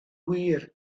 wir